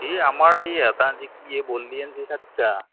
এই আমাৰ এই এটা